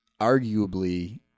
arguably